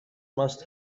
must